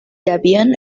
debian